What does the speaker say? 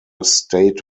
state